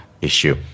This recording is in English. issue